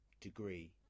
degree